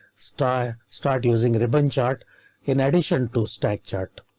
star start using ribbon chart in addition to stack chart.